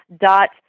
dot